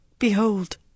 Behold